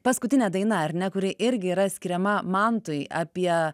paskutinė daina ar ne kuri irgi yra skiriama mantui apie